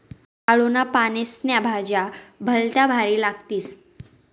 आळूना पानेस्न्या भज्या भलत्या भारी लागतीस